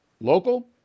local